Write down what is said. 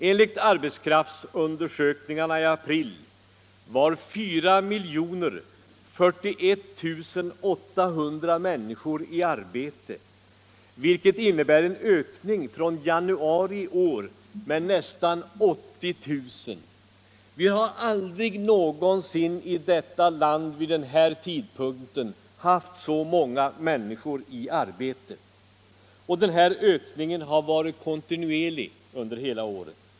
Enligt arbetskraftsundersökningarna i april var 4 041 800 människor i arbete, vilket innebär en ökning från januari i år med nästan 80 000. Vi har aldrig i detta land vid den här tidpunkten på året haft så många människor i arbete. Denna ökning av sysselsättningen har varit kontinuerlig under hela året.